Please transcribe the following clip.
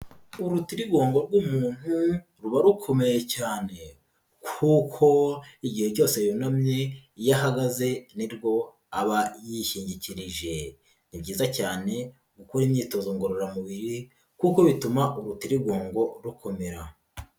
Urutirigongo rw'umuntu ruba rukomeye cyane kuko igihe cyose yunamye, iyo ahagaze ni rwo aba yishyingikirije. Ni byiza cyane, gukora imyitozo ngororamubiri kuko bituma urutirigongo rukomera.